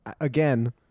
again